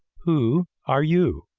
who are you?